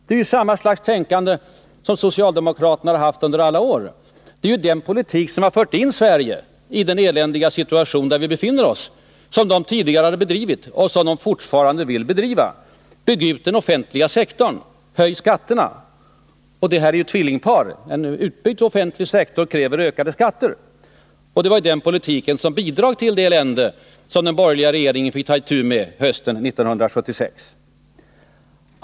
Det är samma tankegångar som socialdemokraterna stått för under alla år. Det är den politik som socialdemokraterna tidigare har bedrivit och som de fortfarande vill bedriva, som har fört Sverige in i den eländiga situation som vi nu befinner oss i: Bygg ut den offentliga sektorn — höj skatterna! Detta är ett tvillingpar. En utbyggd offentlig sektor kräver ökade skatter. Den politiken bidrog till de problem som den borgerliga regeringen fick ta itu med hösten 1976.